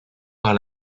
par